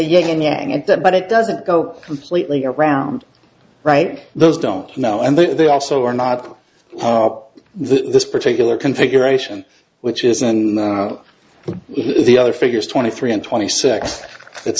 that but it doesn't go completely around right those don't know and then they also are not up this particular configuration which isn't but it is the other figures twenty three and twenty six it's